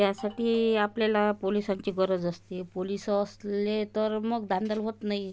त्यासाठी आपल्याला पोलिसांची गरज असते पोलिस असले तर मग धांदल होत नाही